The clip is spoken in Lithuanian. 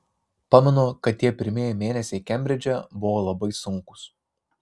pamenu kad tie pirmieji mėnesiai kembridže buvo labai sunkūs